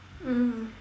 mm